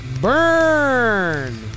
burn